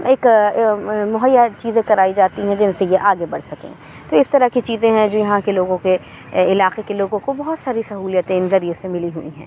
ایک مہیا چیزیں کرائی جاتی ہیں جیسے یہ آگے بڑھ سکیں تو اس طرح کی چیزیں ہیں جو یہاں کے لوگوں کے علاقے کے لوگوں کو بہت ساری سہولیتیں ان ذریعے سے ملی ہوئی ہیں